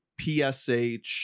PSH